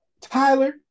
Tyler